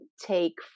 take